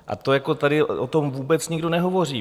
A to jako tady o tom vůbec nikdo nehovoří.